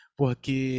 porque